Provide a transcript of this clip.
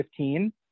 2015